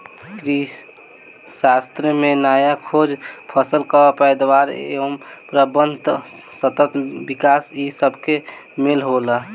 कृषिशास्त्र में नया खोज, फसल कअ पैदावार एवं प्रबंधन, सतत विकास इ सबके मेल होला